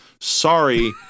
sorry